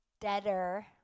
deader